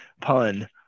pun